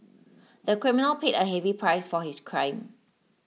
the criminal paid a heavy price for his crime